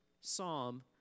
psalm